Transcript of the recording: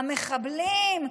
המחבלים,